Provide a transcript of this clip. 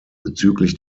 bezüglich